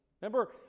Remember